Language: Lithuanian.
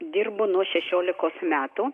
dirbu nuo šešiolikos metų